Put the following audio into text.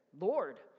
Lord